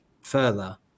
further